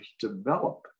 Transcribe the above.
develop